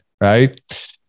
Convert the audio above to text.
right